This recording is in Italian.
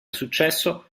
successo